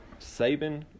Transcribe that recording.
Saban –